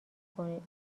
کنید